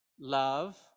love